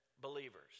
believers